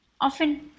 Often